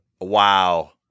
Wow